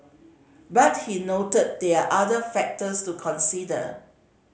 but he noted there are other factors to consider